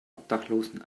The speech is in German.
obdachlosen